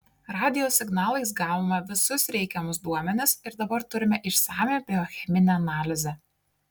radijo signalais gavome visus reikiamus duomenis ir dabar turime išsamią biocheminę analizę